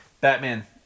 Batman